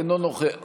אינו נוכח